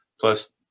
plus